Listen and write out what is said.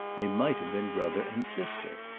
they might have been brother and sister.